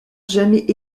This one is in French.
jamais